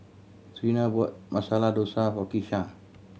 Treena bought Masala Dosa for Kisha